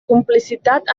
complicitat